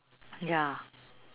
ya